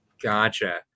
gotcha